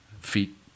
feet